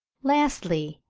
lastly,